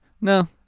No